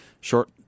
short